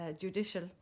judicial